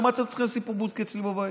למה אתם צריכים לשים פה בודקה אצלי בבית?